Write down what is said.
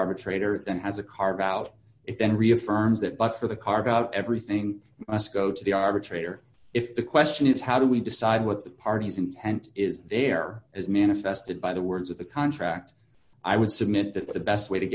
arbitrator and has a carve out of it and reaffirms that but for the carve out everything must go to the arbitrator if the question is how do we decide what the parties intent is there as manifested by the words of the contract i would submit that the best way to